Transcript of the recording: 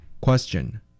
Question